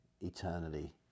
eternity